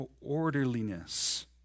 orderliness